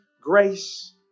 Grace